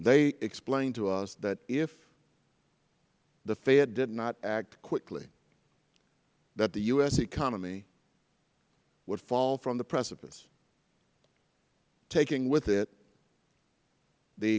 they explained to us that if the fed did not act quickly that the u s economy would fall from the precipice taking with it the